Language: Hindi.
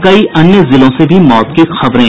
कई अन्य जिलों से भी मौत की खबरें